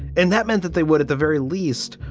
and that meant that they would at the very least,